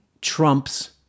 trumps